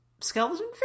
skeleton